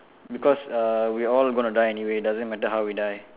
because uh we all gonna die anyway doesn't matter how we die